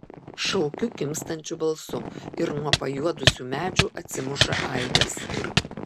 šaukiu kimstančiu balsu ir nuo pajuodusių medžių atsimuša aidas